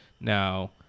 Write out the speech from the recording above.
Now